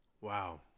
Wow